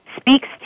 speaks